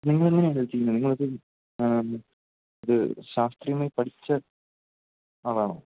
നിങ്ങളെങ്ങനെയാണ് ഇത് ചെയ്യുന്നത് നിങ്ങള് ഇത് ശാസ്ത്രിയമായി പഠിച്ചയാളാണോ